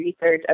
research